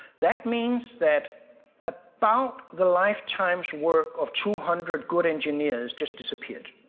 that means that about the lifetime's work of two hundred good engineers just disappeared,